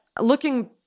looking